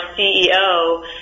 CEO